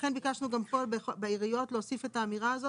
לכן ביקשנו גם פה, בעיריות, להוסיף את האמירה הזו,